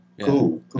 cool